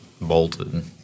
bolted